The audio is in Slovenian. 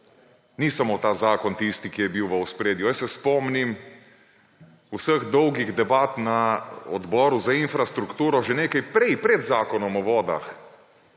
ni samo ta zakon tisti, ki je bil v ospredju. Jaz se spomnim vseh dolgih debat na Odboru za infrastrukturo že nekaj prej pred Zakonom o vodah,